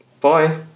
Bye